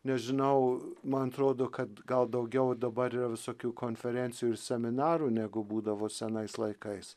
nežinau man atrodo kad gal daugiau dabar yra visokių konferencijų ir seminarų negu būdavo senais laikais